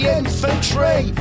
infantry